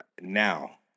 Now